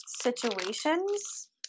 situations